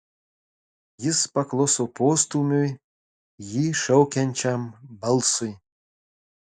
jis pakluso postūmiui jį šaukiančiam balsui